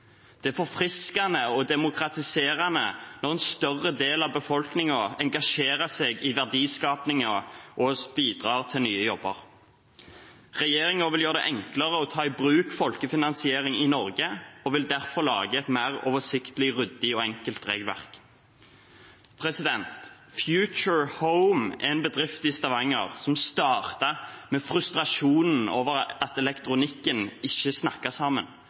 Det er forfriskende og demokratiserende når en større del av befolkningen engasjerer seg i verdiskapingen og bidrar til nye jobber. Regjeringen vil gjøre det enklere å ta i bruk folkefinansiering i Norge og vil derfor lage et mer oversiktlig, ryddig og enkelt regelverk. Futurehome er en bedrift i Stavanger som startet med frustrasjonen over at elektronikken ikke snakket sammen.